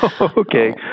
Okay